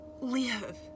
live